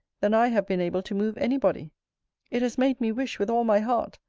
than i have been able to move any body it has made me wish, with all my heart,